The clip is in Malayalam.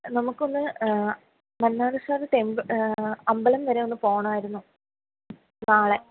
നമുക്ക് ഒന്ന് മണ്ണാറശ്ശാല ടെമ്പ അമ്പലം വരെ ഒന്ന് പോകണമായിരുന്നു നാളെ